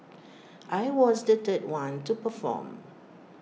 I was the third one to perform